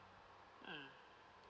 mm